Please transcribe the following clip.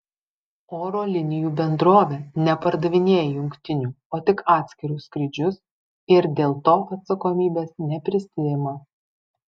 oro linijų bendrovė nepardavinėja jungtinių o tik atskirus skrydžius ir dėl to atsakomybės neprisiima